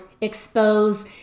expose